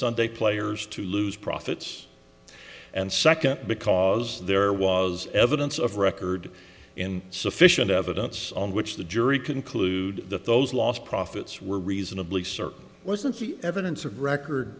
sunday players to lose profits and second because there was evidence of record in sufficient evidence on which the jury concluded that those lost profits were reasonably certain wasn't the evidence of record